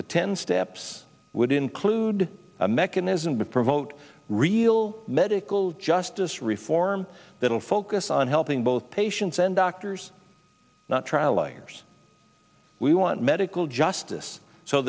the ten steps would include a mechanism to promote real medical justice reform that will focus on helping both patients and doctors not trial lawyers we want medical justice so